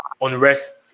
unrest